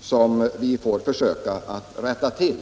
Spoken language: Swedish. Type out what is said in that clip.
som vi får försöka rätta till.